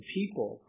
people